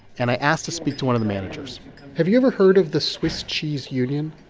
and i asked to speak to one of the managers have you ever heard of the swiss cheese union?